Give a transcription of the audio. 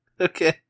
Okay